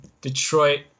Detroit